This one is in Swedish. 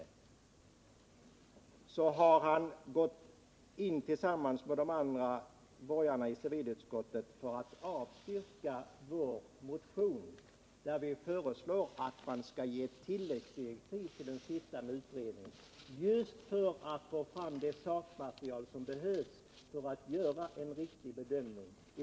Men han har tillsammans med de övriga borgarna i civilutskottet avstyrkt vår motion, i vilken vi föreslår att man skall ge tilläggsdirektiv till den sittande utredningen just för att få fram det sakmaterial som behövs för att kunna göra en riktig bedömning.